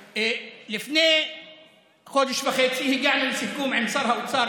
לפני חודש וחצי הגענו לסיכום עם שר האוצר